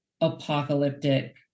apocalyptic